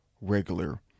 regular